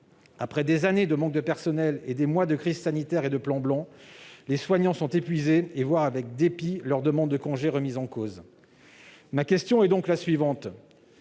Après des années de manque de personnel et des mois de crise sanitaire et de plan blanc, les soignants sont épuisés et voient avec dépit leurs demandes de congés remises en cause. Ma question est donc la suivante